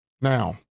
Now